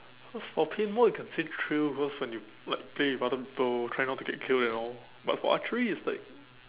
but for paintball you can say thrill because when you like play with other people try not to get killed and all but for archery it's like